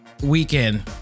weekend